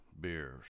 beers